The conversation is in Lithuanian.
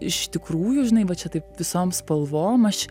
iš tikrųjų žinai va čia taip visom spalvom aš